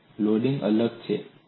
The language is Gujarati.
અહીં લોડિંગ અલગ છે